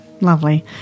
lovely